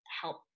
help